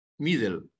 middle